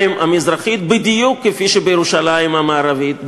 המזרחית בדיוק כמו בירושלים המערבית,